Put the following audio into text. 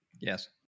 Yes